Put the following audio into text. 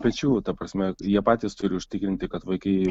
pečių ta prasme jie patys turi užtikrinti kad vaikai